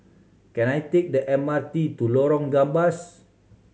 can I take the M R T to Lorong Gambas